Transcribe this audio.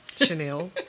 Chanel